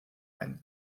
ein